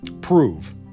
prove